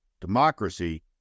Democracy